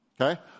Okay